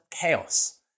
chaos